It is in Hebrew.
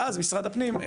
ואז משרד הפנים.